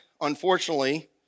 unfortunately